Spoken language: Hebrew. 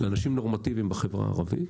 לאנשים נורמטיביים בחברה הערבית.